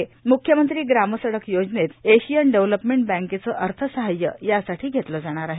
म्ख्यमंत्री ग्रामसडक योजनेत एशियन डेव्हलपमेंट बँकेचं अर्थसहाय्य यासाठी घेतलं जाणार आहे